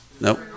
Nope